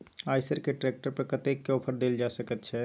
आयसर के ट्रैक्टर पर कतेक के ऑफर देल जा सकेत छै?